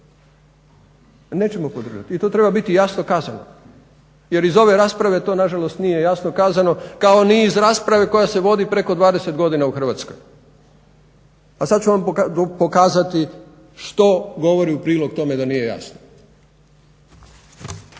nećemo podržati i to treba biti jasno kazano. Jer iz ove rasprave to na žalost nije jasno kazano kao ni iz rasprave koja se vodi preko 20 godina u Hrvatskoj. A sad ću vam pokazati što govori u prilog tome da nije jasno.